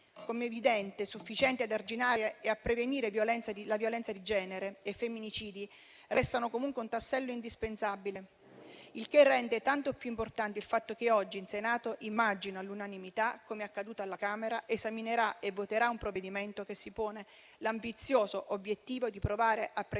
non siano sufficienti ad arginare e a prevenire violenza di genere e femminicidi, restano comunque un tassello indispensabile. Ciò rende tanto più importante il fatto che oggi il Senato - immagino all'unanimità come accaduto alla Camera - esaminerà e voterà un provvedimento che si pone l'ambizioso obiettivo di provare a prevenire